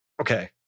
Okay